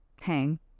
Hang